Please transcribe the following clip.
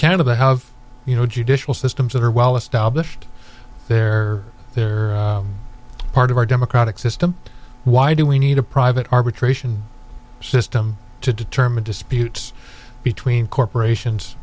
canada but have you know judicial systems that are well established they're part of our democratic system why do we need a private arbitration system to determine disputes between corporations